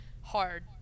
Hard